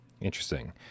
Interesting